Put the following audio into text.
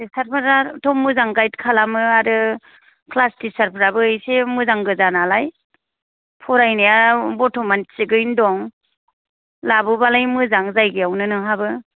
sister फोराथ' मोजां गायेद खालामो आरो क्लास थिसार फ्राबो एसे मोजां गोजा नालाय फरायनाया बरथ'मान थिगयैनो दं लाबोबालाय मोजां जायगायावनो नोंहाबो